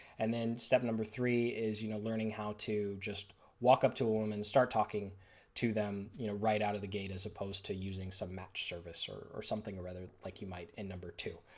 and then step number three is you know learning how to just walk up to a woman start talking to them you know right out of the gate as opposed to using some match service or or something or rather like you might in number two.